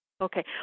Okay